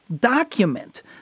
Document